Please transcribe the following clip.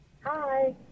Hi